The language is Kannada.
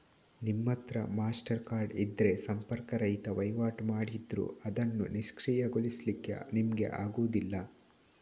ನಿಮ್ಮತ್ರ ಮಾಸ್ಟರ್ ಕಾರ್ಡ್ ಇದ್ರೆ ಸಂಪರ್ಕ ರಹಿತ ವೈವಾಟು ಮಾಡಿದ್ರೂ ಅದನ್ನು ನಿಷ್ಕ್ರಿಯಗೊಳಿಸ್ಲಿಕ್ಕೆ ನಿಮ್ಗೆ ಆಗುದಿಲ್ಲ